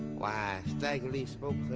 why, stagger lee spoke